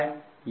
यह है